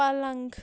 پلنٛگ